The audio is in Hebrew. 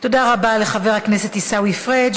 תודה רבה לחבר הכנסת עיסאווי פריג'.